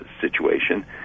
situation